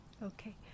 Okay